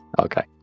Okay